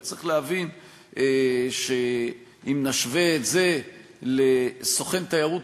צריך להבין שאם נשווה את זה לסוכן תיירות